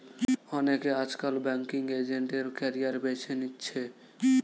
অনেকে আজকাল banking agent এর ক্যারিয়ার বেছে নিচ্ছে